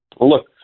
Look